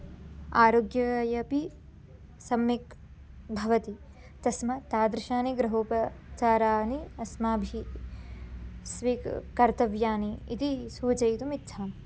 आरोग्यायापि सम्यक् भवति तस्मात् तादृशाः ग्रहोपचाराः अस्माभिः स्वीक् कर्तव्याः इति सूचयितुम् इच्छामि